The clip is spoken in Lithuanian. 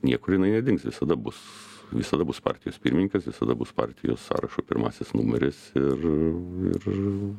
niekur nedings visada bus visada bus partijos pirmininkas visada bus partijos sąrašo pirmasis numeris ir